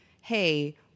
hey